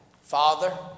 Father